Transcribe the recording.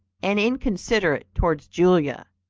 and inconsiderate towards julia,